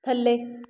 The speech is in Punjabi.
ਥੱਲੇ